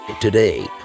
Today